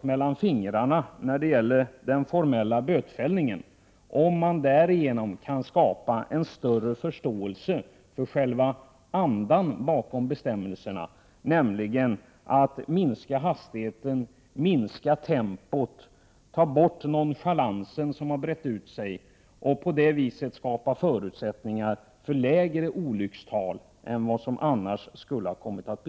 mellan fingrarna när det gäller bötfällningen, om man därigenom kan skapa en större förståelse för själva andan bakom bestämmelserna, nämligen att det gäller att sänka hastigheten, att minska tempot och att få bort den nonchalans som har brett ut sig bland trafikanterna för att på det viset kunna skapa förutsättningar för lägre olyckstal än som annars skulle vara fallet.